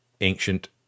ancient